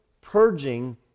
Purging